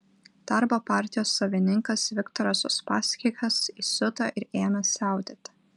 darbo partijos savininkas viktoras uspaskichas įsiuto ir ėmė siautėti